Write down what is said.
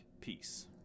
Peace